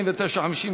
מושכים.